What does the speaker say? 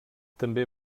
també